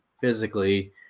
physically